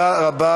מדובר בארבעה